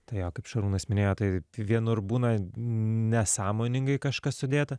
tai jo kaip šarūnas minėjo tai vienur būna nesąmoningai kažkas sudėta